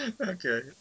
okay